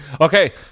Okay